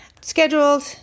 scheduled